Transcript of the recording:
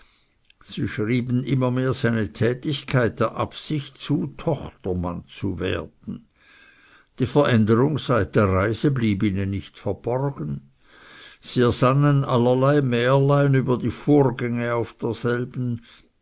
sie schrieben immer mehr seine tätigkeit der absicht zu tochtermann zu werden die veränderung seit der reise blieb ihnen nicht verborgen sie ersannen allerlei märlein über die vorgänge auf derselben